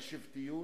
לשבטיות,